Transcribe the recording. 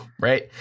right